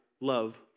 love